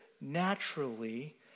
naturally